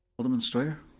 alderman steuer?